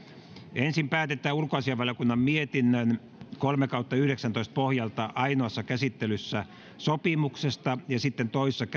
ensin päätetään ulkoasiainvaliokunnan mietinnön kolme pohjalta ainoassa käsittelyssä sopimuksesta ja sitten toisessa